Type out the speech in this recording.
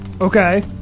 okay